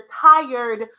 tired